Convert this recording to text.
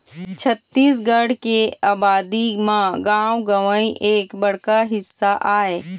छत्तीसगढ़ के अबादी म गाँव गंवई एक बड़का हिस्सा आय